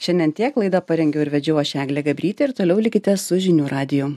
šiandien tiek laidą parengiau ir vedžiau aš eglė gabrytė ir toliau likite su žinių radiju